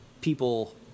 people